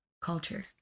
culture